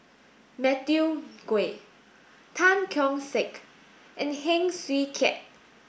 Matthew Ngui Tan Keong Saik and Heng Swee Keat